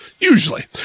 Usually